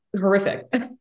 horrific